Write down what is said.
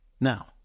Now